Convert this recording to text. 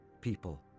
people